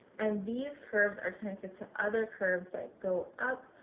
and these curves are connected to other curves that go up,